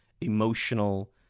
emotional